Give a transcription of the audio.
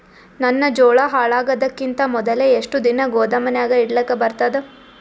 ನನ್ನ ಜೋಳಾ ಹಾಳಾಗದಕ್ಕಿಂತ ಮೊದಲೇ ಎಷ್ಟು ದಿನ ಗೊದಾಮನ್ಯಾಗ ಇಡಲಕ ಬರ್ತಾದ?